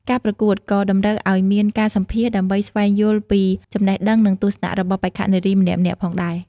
ការប្រកួតក៏តម្រូវឲ្យមានការសម្ភាសន៍ដើម្បីស្វែងយល់ពីចំណេះដឹងនិងទស្សនៈរបស់បេក្ខនារីម្នាក់ៗផងដែរ។